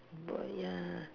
but ya